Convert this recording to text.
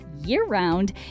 year-round